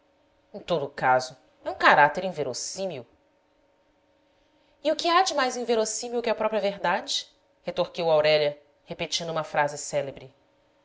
em todo o caso é um caráter inverossímil e o que há de mais inverossímil que a própria verdade retorquiu aurélia repetindo uma frase célebre